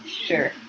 Sure